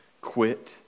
Quit